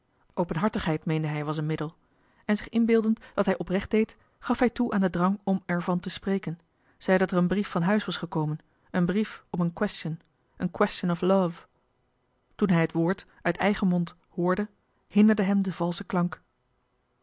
openhartigheid meende hij was een middel en zich inbeeldend dat hij oprecht deed gaf hij toe aan den drang om er van te spreken zei dat er een brief van huis was gekomen een brief om een question een question of love toen hij het woord uit eigen mond hoorde hinderde hem de valsche klank